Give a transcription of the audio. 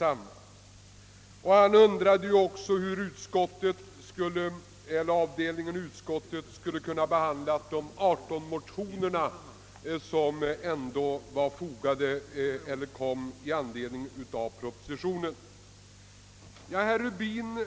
Herr Rubin undrade också hur statsutskottets fjärde avdelning har kunnat behandla de aderton motioner, som väcktes i anledning av propositionen. Jag kan omtala för herr Rubin